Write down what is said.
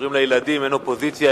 שקשורים לילדים אין אופוזיציה,